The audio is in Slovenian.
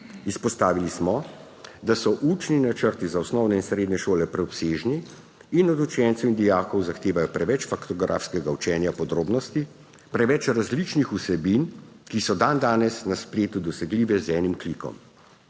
Izpostavili smo, da so učni načrti za osnovne in srednje šole preobsežni in od učencev in dijakov zahtevajo preveč faktografskega učenja podrobnosti, preveč različnih vsebin, ki so dandanes na spletu dosegljive z enim klikom.